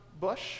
bush